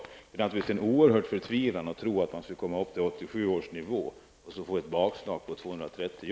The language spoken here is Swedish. De reagerar naturligtvis med oerhört stor förtvivlan över bakslaget med förlusten av 230 jobb, när man trodde att man skulle komma upp till